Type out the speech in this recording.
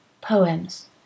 Poems